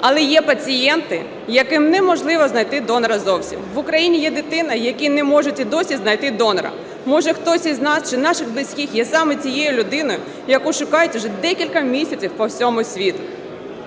Але є пацієнти, яким неможливо знайти донора зовсім. В Україні є дитина, якій не можуть і досі знайти донора. Може, хтось із нас чи наших близьких є саме тією людиною, яку шукають вже декілька місяців по всьому світу,